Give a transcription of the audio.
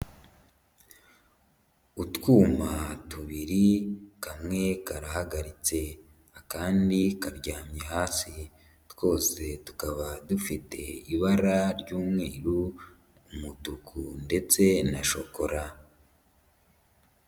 Utwuma tubiri kamwe karahagaritse akandi karyamye hafi twose tukaba dufite ibara ry'umweru, umutuku ndetse na shokora.